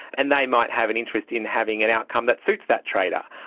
and they might have an interest in having an outcome that suits that trader.